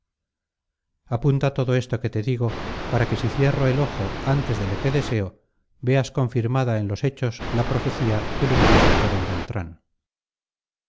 apunta todo esto que te digo para que si cierro el ojo antes de lo que deseo veas confirmada en los hechos la profecía del humorístico d beltrán